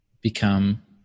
become